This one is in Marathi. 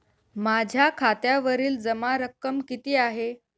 माझ्या खात्यावरील जमा रक्कम किती आहे?